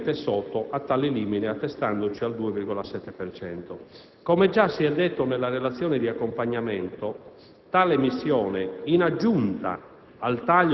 leggermente sotto tale limite, attestandoci al 2,7 per cento. Come si è già detto nella relazione di accompagnamento, tale missione - in aggiunta